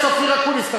חבר הכנסת אופיר אקוניס,